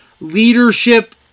leadership